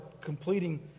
completing